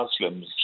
Muslims